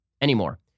anymore